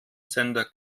sender